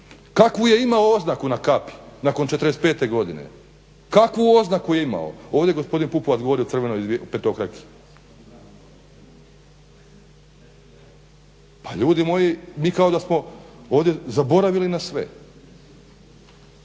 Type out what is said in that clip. Kakvu je imao oznaku na kapi nakon '45.godine, kakvu oznaku je imao. Ovdje je gospodina Pupovac govori o petokraki. Pa ljudi moji mi kao da smo ovdje zaboravili na sve